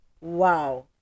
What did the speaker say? Wow